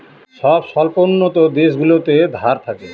সব স্বল্পোন্নত দেশগুলোতে ধার থাকে